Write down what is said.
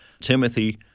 Timothy